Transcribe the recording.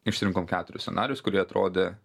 išsirinkom keturis scenarijus kurie atrodė